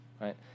right